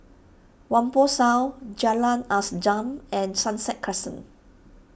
Whampoa South Jalan and Sunset Crescent